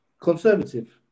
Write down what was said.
Conservative